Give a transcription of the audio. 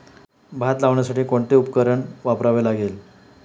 भात लावण्यासाठी कोणते उपकरण वापरावे लागेल?